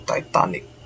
Titanic